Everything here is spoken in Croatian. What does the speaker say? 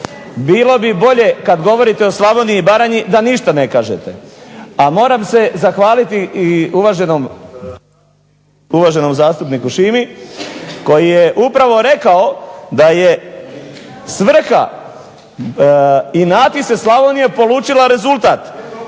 bilo bi bolje kad govorite o Slavoniji i Baranji da ništa ne kažete. A moram se zahvaliti i uvaženom zastupniku Šimi koji je upravo rekao da je svrha inati se Slavonijo polučila rezultat